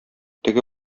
теге